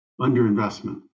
underinvestment